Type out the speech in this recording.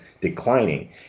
declining